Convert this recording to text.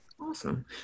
Awesome